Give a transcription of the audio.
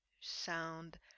sound